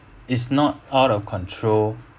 is not out of control